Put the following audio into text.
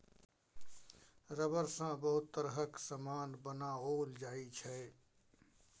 rubber सँ बहुत तरहक समान बनाओल जाइ छै